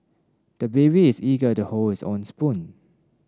the baby is eager to hold his own spoon